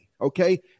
okay